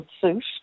suit